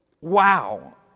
wow